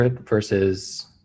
versus